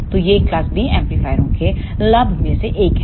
तो यह class B एम्पलीफायरों के लाभ में से एक है